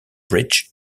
bridge